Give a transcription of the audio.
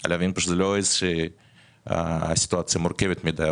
לא סיטואציה מורכבת מידי,